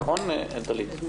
נכון, דלית?